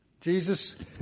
Jesus